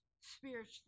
spiritually